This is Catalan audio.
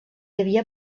havia